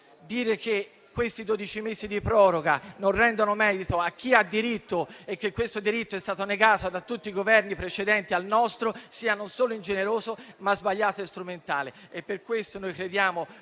dire che questi dodici mesi di proroga non rendono merito a chi ha diritto, quando questo diritto è stato negato da tutti i Governi precedenti al nostro, sia non solo ingeneroso, ma sbagliato e strumentale